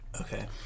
okay